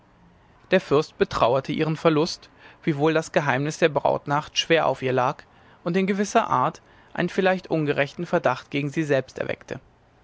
der fürst betrauerte ihren verlust wiewohl das geheimnis der brautnacht schwer auf ihr lag und in gewisser art einen vielleicht ungerechten verdacht gegen sie selbst erweckte